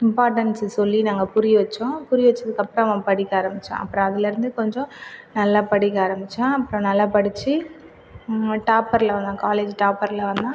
importance சொல்லி நாங்கள் புரிய வைச்சோம் புரிய வைச்சத்துக்கு அப்புறம் அவன் படிக்க ஆரம்மிச்சான் அப்புறம் அதிலேருந்து கொஞ்சம் நல்லா படிக்க ஆரம்மிச்சான் அப்புறம் நல்லா படித்து டாப்பரில் வந்தான் காலேஜ் டாப்பரில் வந்தான்